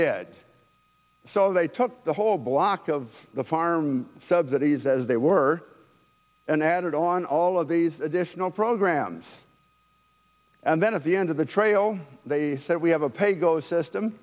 did so they took the whole block of the farm subsidies as they were and added on all of these additional programs and then of the end of the trail they said we have a pay go system